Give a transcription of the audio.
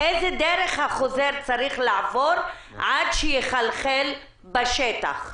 איזה דרך החוזר צריך לעבור עד שיחלחל בשטח?